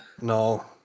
no